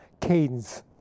cadence